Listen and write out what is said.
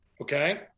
okay